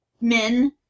men